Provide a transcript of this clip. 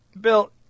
Bill